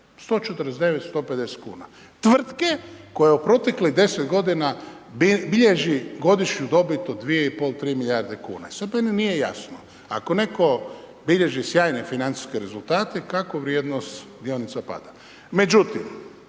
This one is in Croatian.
149, 150 kuna. Tvrtke koja je u proteklih 10 godina bilježi godišnju dobit od 2,5-3 milijarde kuna. I sad meni nije jasno, ako netko bilježi sjajne financijske rezultata, kako vrijednost dionica pada.